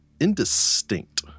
indistinct